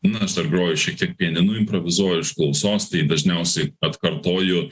na aš dar groju šiek tiek pianinu improvizuoju iš klausos tai dažniausiai atkartoju